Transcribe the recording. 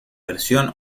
versión